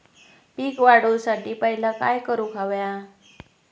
पीक वाढवुसाठी पहिला काय करूक हव्या?